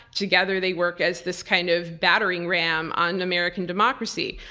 together they work as this kind of battering ram on american democracy.